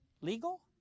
legal